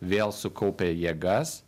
vėl sukaupia jėgas